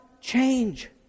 change